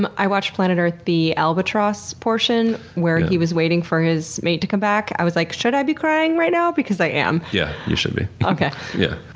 and i watched planet earth. the albatross portion where he was waiting for his mate to come back, i was like, should i be crying right now? because i am. yeah you should be. yeah.